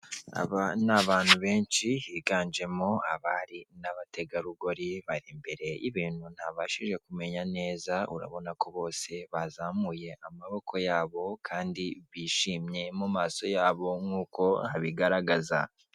Aba ni abantu benshi higanjemo abari n'abategarugori bari imbere y'ibintu ntabashije kumenya neza, urabona ko bose bazamuye amaboko y'abo kandi bishimye mu maso y'abo nk'uko habigaragaza.